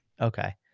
Okay